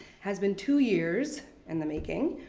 has been two years in the making.